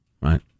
Right